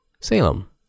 Salem